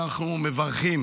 אנחנו מברכים